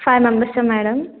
five మెంబర్సా madam